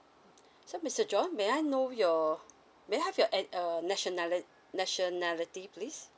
so mister john may I know your may I have your N err nationali~ nationality please